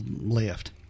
left